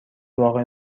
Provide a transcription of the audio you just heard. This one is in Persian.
واقع